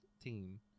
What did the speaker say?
team